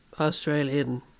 Australian